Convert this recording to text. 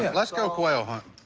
yeah let's go quail hunting.